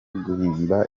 guhimba